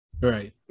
Right